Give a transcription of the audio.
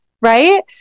right